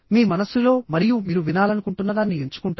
మీ మనస్సులో మరియు మీరు వినాలనుకుంటున్నదాన్ని ఎంచుకుంటారు